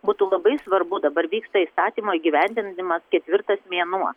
būtų labai svarbu dabar vyksta įstatymo įgyvendinimas ketvirtas mėnuo